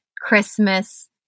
Christmas